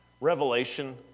Revelation